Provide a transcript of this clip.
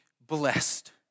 blessed